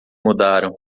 mudaram